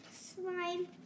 Slime